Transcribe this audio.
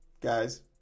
guys